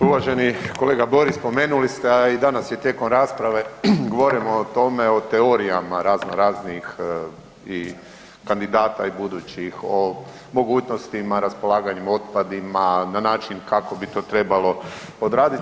Uvaženi kolega Borić, spomenuli ste, a i danas je tijekom rasprave govoreno o tome, o teorijama razno raznih i kandidata i budućih o mogućnostima raspolaganjem otpadima na način kako bi to trebalo odradit.